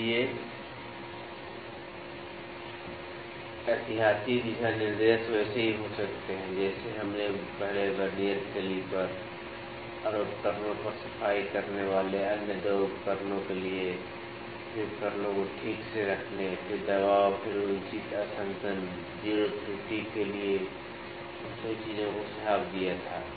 इसलिए एहतियाती दिशा निर्देश वैसे ही हो सकते हैं जैसे हमने पहले वर्नियर कैलिपर और उपकरणों पर सफाई करने वाले अन्य उपकरणों के लिए फिर उपकरणों को ठीक से रखने फिर दबाव फिर उचित अंशांकन 0 त्रुटि के लिए उन सभी चीजों का सुझाव दिया था